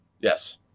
yes